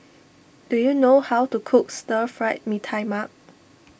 do you know how to cook Stir Fried Mee Tai Mak